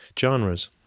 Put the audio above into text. genres